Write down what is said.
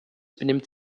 benimmt